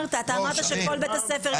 לא, אתה אמרת שכל בית הספר ייסגר.